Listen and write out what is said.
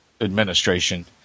administration